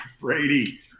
brady